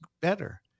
better